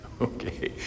Okay